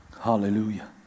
Hallelujah